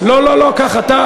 לא לא לא, כך אתה.